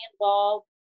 involved